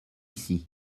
ici